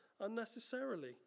unnecessarily